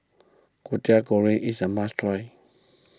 Kwetiau Goreng is a must try